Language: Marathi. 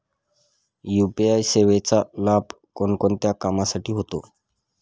यू.पी.आय सेवेचा लाभ कोणकोणत्या कामासाठी होतो?